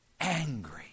angry